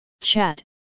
chat